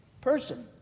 person